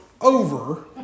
over